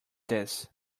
this